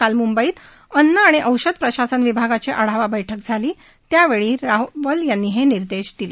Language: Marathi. काल मुंबईत अन्न आणि औषध प्रशासन विभागाची आढावा बैठक झाली त्यावेळी रावल यांनी हे निर्देश दिले